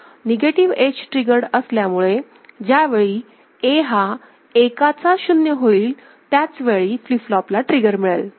negative edge triggered असल्यामुळे ज्यावेळी A हा एकाचा शून्य होईल त्याच वेळी फ्लिप फ्लॉप ला ट्रिगर मिळेल